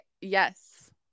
yes